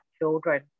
children